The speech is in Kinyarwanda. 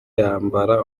yambara